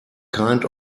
kind